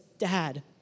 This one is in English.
Dad